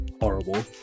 horrible